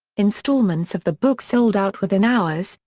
installments of the book sold out within hours,